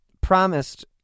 promised